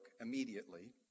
immediately